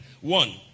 One